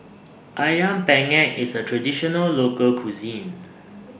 Ayam Penyet IS A Traditional Local Cuisine